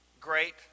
great